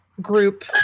group